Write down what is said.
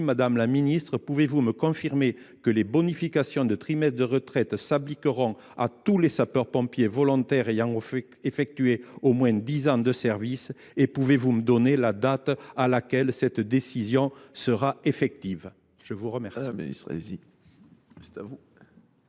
Madame la ministre, pouvez vous me confirmer que les bonifications de trimestres de retraite s’appliqueront à tous les sapeurs pompiers volontaires ayant effectué au moins dix ans de service et pouvez vous me donner la date à laquelle cette décision sera effective ? La parole